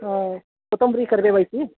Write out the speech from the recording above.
ಹಾಂ ಕೊತ್ತಂಬ್ರಿ ಕರ್ಬೇವು ಐತಿ